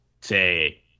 say